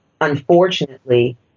unfortunately